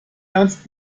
ernst